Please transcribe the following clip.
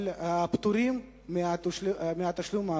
אבל פטורים מהתשלום.